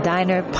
Diner